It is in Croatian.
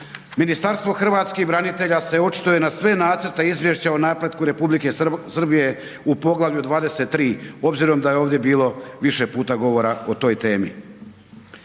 Ministarstvo hrvatskih branitelja se očituje na sve nacrte izvješća o napretku Republike Srbije u Poglavlju 23. obzirom da je ovdje bilo više puta govora o toj temi.